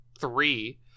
three